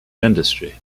industry